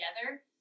together